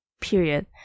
period